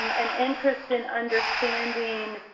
um and interest in understanding,